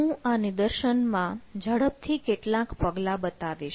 હું આ નિદર્શનમાં ઝડપથી કેટલાંક પગલાં બતાવીશ